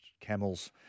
camels